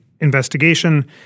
investigation